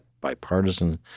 bipartisan